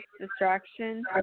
distraction